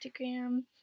Instagram